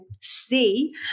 see